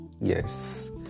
Yes